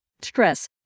Stress